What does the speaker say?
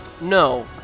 No